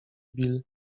bill